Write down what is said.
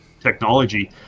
technology